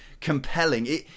compelling